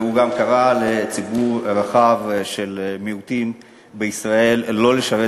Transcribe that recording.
והוא גם קרא לציבור רחב של מיעוטים בישראל לא לשרת